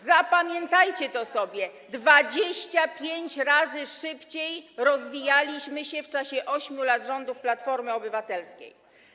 Zapamiętajcie to sobie: 25 razy szybciej rozwijaliśmy się w czasie 8 lat rządów Platformy Obywatelskiej.